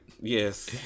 Yes